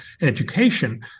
education